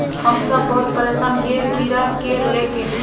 हम सब बहुत परेशान हिये कीड़ा के ले के?